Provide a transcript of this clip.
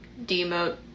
demote